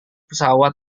pesawat